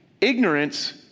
Ignorance